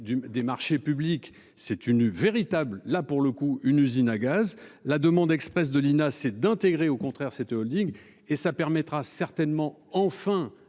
là pour le coup une usine à gaz. La demande expresse de l'INA, c'est d'intégrer au contraire cette Holding et ça permettra certainement enfin